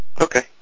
Okay